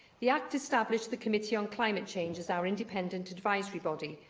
the act established the committee on climate change as our independent advisory body,